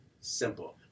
simple